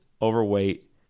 overweight